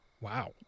wow